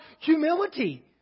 humility